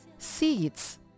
Seeds